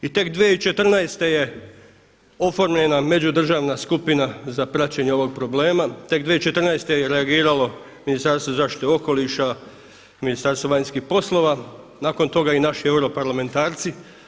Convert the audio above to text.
I tek 2014. je oformljena međudržavna skupina za praćenje ovog problema, tek 2014. je reagiralo Ministarstvo zaštite okoliša, Ministarstvo vanjskih poslova, nakon toga i naši europarlamentarci.